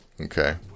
okay